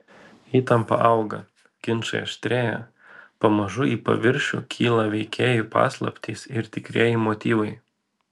įtampa auga ginčai aštrėja pamažu į paviršių kyla veikėjų paslaptys ir tikrieji motyvai